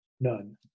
None